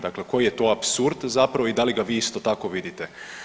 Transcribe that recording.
Dakle, koji je to apsurd zapravo i da li ga vi isto tako vidite.